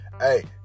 Hey